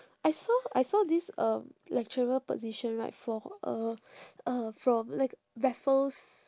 I saw I saw this um lecturer position right from uh uh from like raffles